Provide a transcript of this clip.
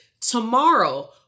Tomorrow